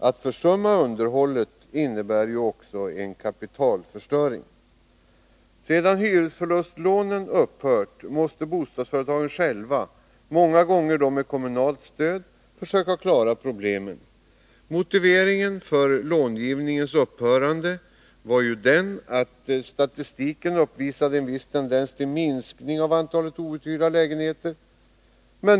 Att försumma underhållet innebär ju också en kapitalförstöring. Sedan hyresförlustlånen upphört måste bostadsföretagen själva, ofta med kommunalt stöd, försöka klara problemen. Motiveringen för långivningens upphörande var ju att statistiken uppvisade en viss tendens till minskning av antalet outhyrda lägenheter.